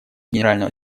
генерального